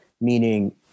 meaning